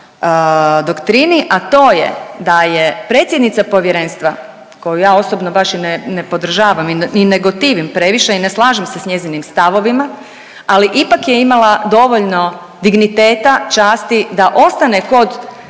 doktrini, a to je da je predsjednica povjerenstva, koju ja osobno baš i ne podržavam i ne gotivim previše i ne slažem se s njezinim stavovima, ali ipak je imala dovoljno digniteta, časti da ostane kod